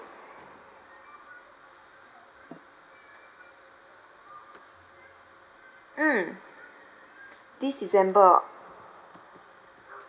mm this december ah